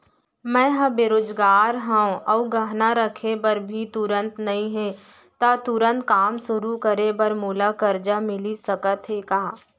मैं ह बेरोजगार हव अऊ गहना रखे बर भी तुरंत नई हे ता तुरंत काम शुरू करे बर मोला करजा मिलिस सकत हे का?